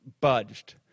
budged